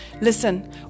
Listen